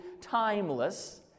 timeless